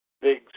big